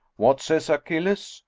what says achilles?